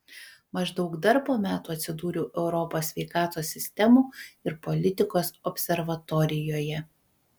maždaug dar po metų atsidūriau europos sveikatos sistemų ir politikos observatorijoje